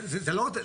זה לא רציני.